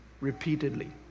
repeatedly